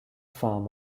farm